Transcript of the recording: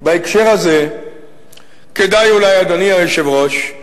בהקשר הזה כדאי, אולי, אדוני היושב-ראש,